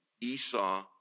Esau